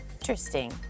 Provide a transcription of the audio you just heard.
Interesting